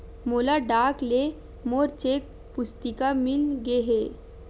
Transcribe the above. मोला डाक ले मोर चेक पुस्तिका मिल गे हे